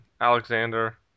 Alexander